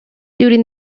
during